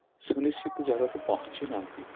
ସୁନିଶ୍ଚିତ ଜାଗାକୁ ପହଞ୍ଚି ନାହାନ୍ତି